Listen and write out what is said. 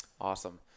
Awesome